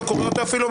לא קורא אותו אפילו,